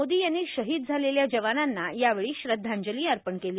मोदी यांनी शहीद झालेल्या जवानांना यावेळी श्रद्धांजली अर्पण केली